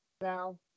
now